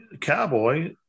cowboy